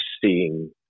seeing